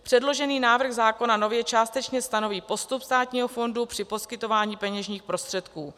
Předložený návrh zákona nově částečně stanoví postup státního fondu při poskytování peněžních prostředků.